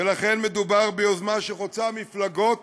ולכן מדובר ביוזמה שחוצה מפלגות